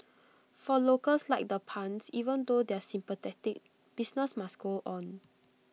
for locals like the Puns even though they're sympathetic business must go on